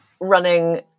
running